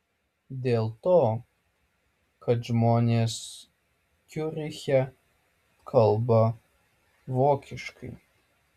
dėl to kad žmonės ciuriche kalba vokiškai